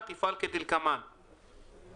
הצדקה ורציונל, נכון?